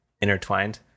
intertwined